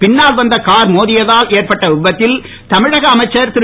பின்னால் வந்த கார் மோதியதால் ஏற்பட்ட விபத்தில் தமிழக அமைச்சர் திரு